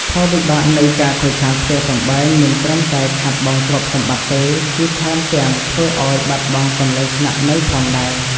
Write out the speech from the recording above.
ផលវិបាកនៃការខូចខាតផ្ទះសម្បែងមិនត្រឹមតែខាតបង់ទ្រព្យសម្បត្តិទេ គឺថែមទាំងធ្វើឱ្យបាត់បង់កន្លែងស្នាក់នៅផងដែរ។